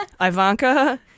Ivanka